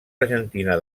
argentina